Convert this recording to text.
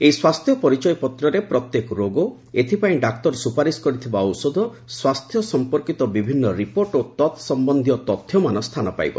ଏହି ସ୍ୱାସ୍ଥ୍ୟ ପରିଚୟପତ୍ରରେ ପ୍ରତ୍ୟେକ ରୋଗ ଏଥିପାଇଁ ଡାକ୍ତର ସୁପାରିଶ କରିଥିବା ଔଷଧ ସ୍ୱାସ୍ଥ୍ୟ ସମ୍ପନ୍ଧୀୟ ବିଭିନ୍ନ ରିପୋର୍ଟ ଓ ତତ୍ସମ୍ୟନ୍ଧୀୟ ତଥ୍ୟମାନ ସ୍ଥାନ ପାଇବ